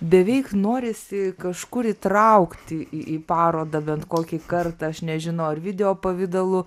beveik norisi kažkur įtraukti į į parodą bent kokį kartą aš nežinau ar video pavidalu